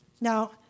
Now